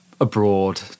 abroad